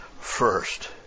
first